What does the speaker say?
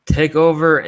Takeover